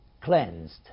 Cleansed